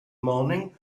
morning